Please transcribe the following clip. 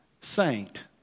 saint